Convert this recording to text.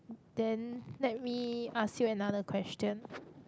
then let me ask you another question